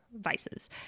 vices